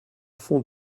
fond